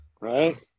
Right